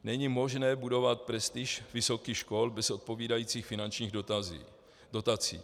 Není možné budovat prestiž vysokých škol bez odpovídajících finančních dotací.